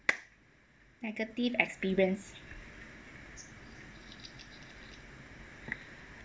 negative experience